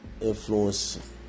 influence